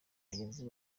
bagenzi